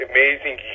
Amazing